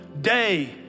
day